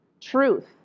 truth